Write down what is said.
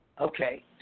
okay